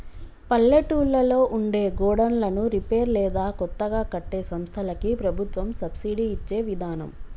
పల్లెటూళ్లలో ఉండే గోడన్లను రిపేర్ లేదా కొత్తగా కట్టే సంస్థలకి ప్రభుత్వం సబ్సిడి ఇచ్చే విదానం